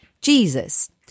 Jesus